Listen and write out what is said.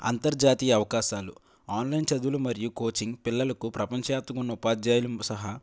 అంతర్జాతీయ అవకాశాలు ఆన్లైన్ చదువులు మరియు కోచింగ్ పిల్లలకు ప్రపంచ వ్యాప్తంగా ఉన్న ఉపాధ్యాయులు సహా